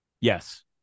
Yes